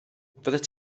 fyddet